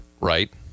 Right